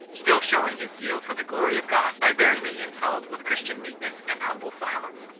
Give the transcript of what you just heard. still showing his zeal for the glorj of god, by bearing the insult with christian meekness and humble silence.